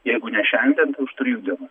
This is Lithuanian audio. jeigu ne šiandien tai už trijų dienų